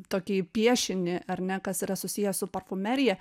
tokį piešinį ar ne kas yra susiję su parfumerija